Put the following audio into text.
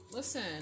listen